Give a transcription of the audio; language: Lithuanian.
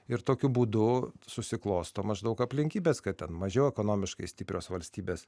ir tokiu būdu susiklosto maždaug aplinkybės kad ten mažiau ekonomiškai stiprios valstybės